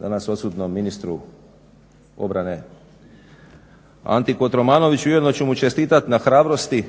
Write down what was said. danas odsutnom ministru Anti KOtromanoviću i ujedno ću čestiti na hrabrosti